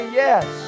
yes